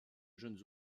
jeunes